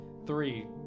Three